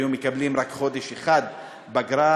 היו מקבלים רק חודש אחד פגרה,